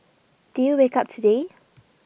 did you wake up today